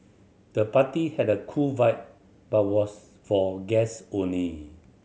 the party had a cool vibe but was for guest only